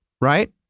Right